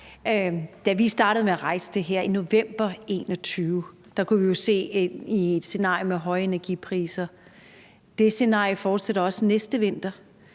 Da vi startede med at rejse det her i november 2021, kunne vi jo se ind i et scenarie med høje energipriser, og det scenarie fortsætter også næste vinter.